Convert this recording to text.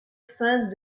phases